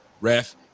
ref